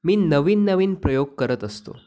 मी नवीन नवीन प्रयोग करत असतो